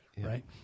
right